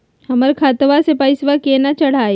हमर खतवा मे पैसवा केना चढाई?